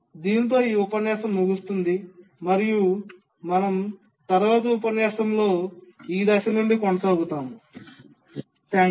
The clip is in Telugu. దీనితో ఈ ఉపన్యాసం ముగుస్తుంది మరియు మేము తరువాతి ఉపన్యాసంలో ఈ దశ నుండి కొనసాగుతాము Thank you